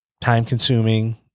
time-consuming